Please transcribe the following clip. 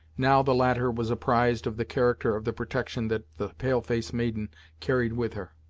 now the latter was apprised of the character of the protection that the pale-face maiden carried with her.